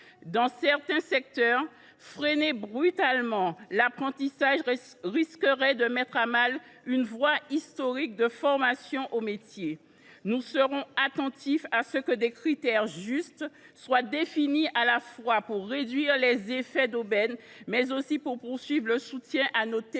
Dans certains secteurs, freiner brutalement l’apprentissage pourrait mettre à mal une voie historique de formation aux métiers. Nous serons attentifs à ce que des critères justes soient définis, tant pour réduire les effets d’aubaine que pour pérenniser le soutien apporté